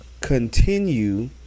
continue